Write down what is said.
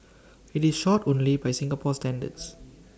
IT is short only by Singapore standards